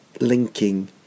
linking